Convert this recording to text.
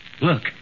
Look